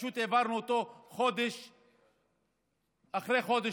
פשוט העברנו אותו אחרי חודש,